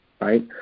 right